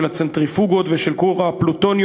של הצנטריפוגות ושל כור הפלוטוניום,